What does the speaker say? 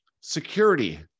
Security